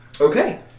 Okay